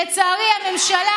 לצערי, הממשלה,